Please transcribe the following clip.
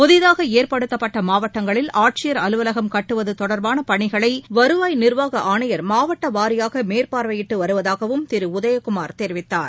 புதிதாகஏற்படுத்தப்பட்டமாவட்டங்களில் ஆட்சியர் அலுவலகம் கட்டுவதுதொடர்பானபணிகளைவருவாய் நிர்வாகஆணையர் மாவட்டவாரியாகமேற்பார்வையிட்டுவருவதாகவும் திருஉதயகுமார் தெரிவித்தார்